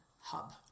hub